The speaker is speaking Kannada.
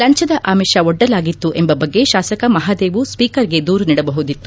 ಲಂಚದ ಆಮಿಷ ಒಡ್ಡಲಾಗಿತ್ತು ಎಂಬ ಬಗ್ಗೆ ಶಾಸಕ ಮಹದೇವು ಸ್ವೀಕರ್ಗೆ ದೂರು ನೀಡಬಹುದಿತ್ತು